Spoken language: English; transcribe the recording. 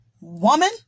woman